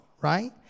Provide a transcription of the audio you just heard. Right